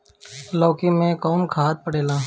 लौकी में कौन खाद पड़ेला?